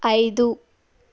ఐదు